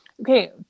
okay